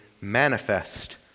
manifest